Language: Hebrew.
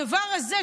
הדבר הזה,